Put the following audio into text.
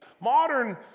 Modern